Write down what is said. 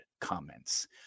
comments